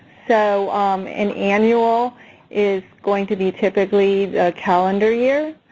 so an annual is going to be typically a calendar year.